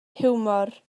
hiwmor